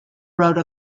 wrote